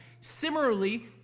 Similarly